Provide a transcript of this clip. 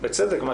בצדק, גם.